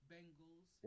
Bengals